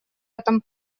этом